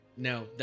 no